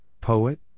poet